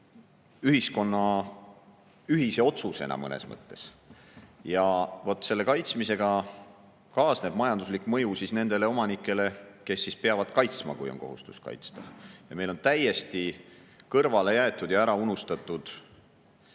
ühiskonna ühise otsusena ja selle kaitsmisega kaasneb majanduslik mõju nendele omanikele, kes peavad kaitsma, kui on kohustus kaitsta. Meil on täiesti kõrvale jäetud ja ära unustatud